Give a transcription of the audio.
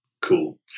cool